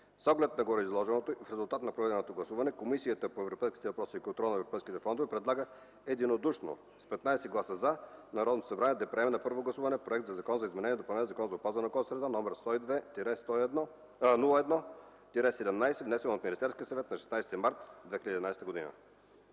С оглед на гореизложеното и в резултат на проведеното гласуване, Комисията по европейските въпроси и контрол на европейските фондове предлага единодушно (с 15 гласа „за”) на Народното събрание да приеме на първо гласуване проект на Закон за изменение и допълнение на Закона за опазване на околната среда, № 102-01-17, внесен от Министерския съвет на 16 март 2011 г.”